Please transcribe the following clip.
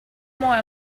more